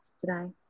today